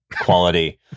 quality